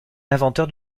inventeur